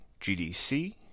GDC